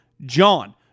JOHN